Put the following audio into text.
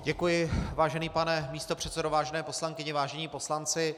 Děkuji, vážený pane místopředsedo, vážené poslankyně, vážení poslanci.